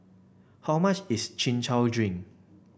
how much is Chin Chow Drink